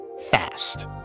fast